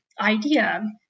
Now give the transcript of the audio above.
idea